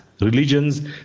religions